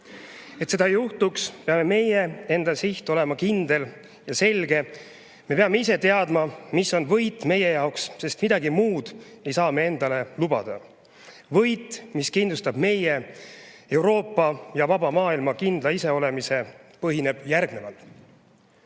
Et seda ei juhtuks, peab meie enda siht olema kindel ja selge, me peame ise teadma, mis on võit meie jaoks, sest midagi muud ei saa me endale lubada. Võit, mis kindlustab meie, Euroopa ja kogu vaba maailma kindla iseolemise, põhineb järgneval.